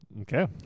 okay